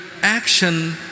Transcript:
action